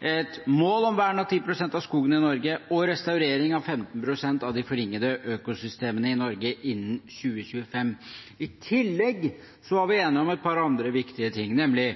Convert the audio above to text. et mål om vern av 10 pst. av skogen og restaurering av 15 pst. av de forringede økosystemene i Norge innen 2025. I tillegg var vi enige om et par andre viktige ting, nemlig